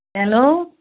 hello